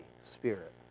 spirit